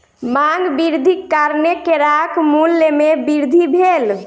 मांग वृद्धिक कारणेँ केराक मूल्य में वृद्धि भेल